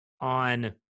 on